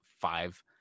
five